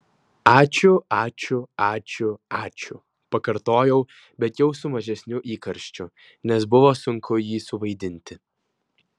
ačiū ačiū ačiū ačiū pakartojau bet jau su mažesniu įkarščiu nes buvo sunku jį suvaidinti